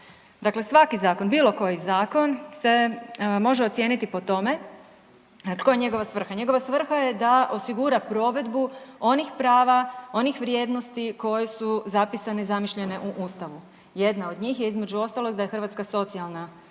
Dakle, svaki zakon, bilo koji zakon se može ocijeniti po tome koja je njegova svrha. Njegova svrha je da osigura provedbu onih prava, onih vrijednosti koje su zapisane i zamišljene u Ustavu. Jedna od njih je između ostalog da je Hrvatska socijalna država